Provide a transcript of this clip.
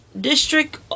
district